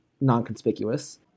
non-conspicuous